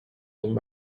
old